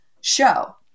show